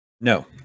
No